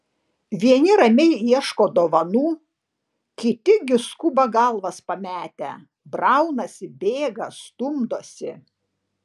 vieni ramiai ieško dovanų kiti gi skuba galvas pametę braunasi bėga stumdosi